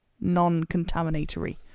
non-contaminatory